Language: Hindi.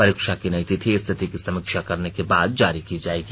परीक्षा की नई तिथि स्थिति की समीक्षा करने के बाद जारी की जाएगी